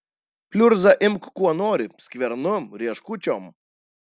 pliurzą imk kuo nori skvernu rieškučiom